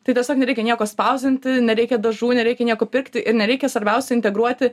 tai tiesiog nereikia nieko spausdinti nereikia dažų nereikia nieko pirkti ir nereikia svarbiausia integruoti